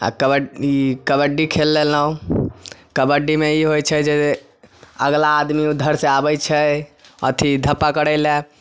आ कब कबड्डी खेल लेलहुॅं कबड्डीमे ई होइ छै जे अगला आदमी उधर से आबै छै अथी धप्पा करै लए